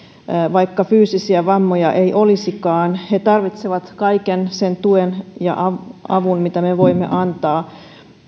vaikka fyysisiä vammoja ei olisikaan he tarvitsevat kaiken sen tuen ja avun mitä me voimme antaa